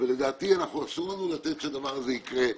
ולדעתי, אסור לנו לתת שהדבר הזה יקרה.